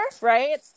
right